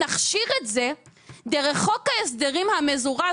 נכשיר את זה דרך חוק ההסדרים המזורז